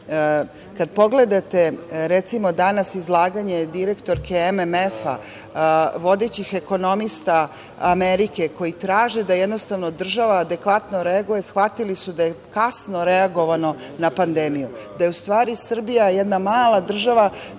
danas pogledate, recimo, izlaganje direktorke MMF-a, vodećih ekonomista Amerike, koji traže da država adekvatno reaguje, shvatili su da je kasno reagovano na pandemiju, da je u stvari Srbija jedna mala država